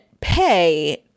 pay